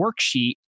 worksheet